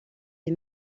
les